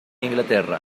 inglaterra